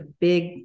big